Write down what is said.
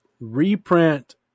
reprint